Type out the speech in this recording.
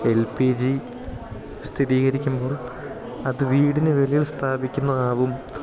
L P G സ്ഥിതീകരിക്കുമ്പോൾ അത് വീടിന് വെളിയിൽ സ്ഥാപിക്കുന്നതാവും